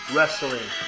Wrestling